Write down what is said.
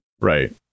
Right